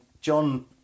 john